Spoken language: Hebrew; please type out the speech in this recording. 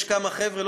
יש כמה חבר'ה,